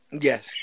Yes